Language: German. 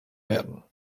werden